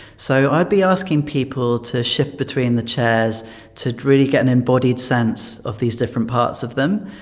so i'd be asking people to shift between the chairs to really get an embodied sense of these different parts of them.